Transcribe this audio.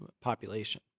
population